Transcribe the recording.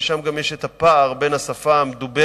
ששם גם יש הפער בין השפה המדוברת